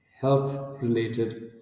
health-related